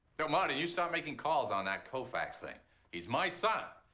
but marty, you start making calls on that koufax thing. he's my son.